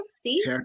see